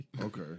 Okay